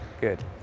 Good